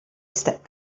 stepped